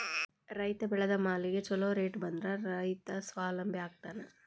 ರೈತ ಬೆಳೆದ ಮಾಲಿಗೆ ಛೊಲೊ ರೇಟ್ ಬಂದ್ರ ರೈತ ಸ್ವಾವಲಂಬಿ ಆಗ್ತಾನ